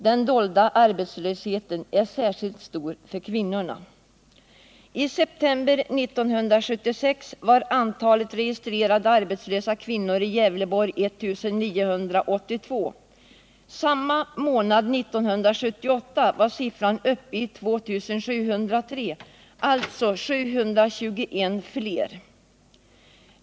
Den dolda arbetslösheten är särskilt stor bland kvinnorna. I september 1976 var antalet registrerade arbetslösa kvinnor i Gävleborg 1982. Samma månad 1978 var siffran uppe i 2 703, alltså 721 fler arbetslösa.